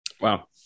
Wow